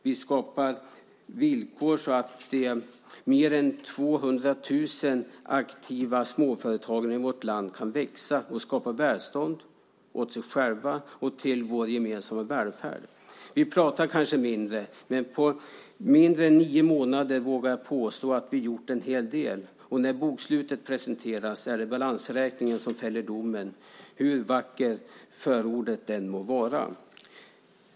Vi skapar sådana villkor att mer än 200 000 aktiva småföretagares verksamhet i vårt land kan växa och skapa välstånd åt sig själva och åt vår gemensamma välfärd. Vi pratar kanske mindre. Men på mindre än nio månader har vi, vågar jag påstå, gjort en hel del. När bokslutet presenteras är det balansräkningen som fäller domen - hur vackert förordet än må vara.